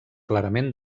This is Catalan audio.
clarament